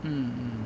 hmm hmm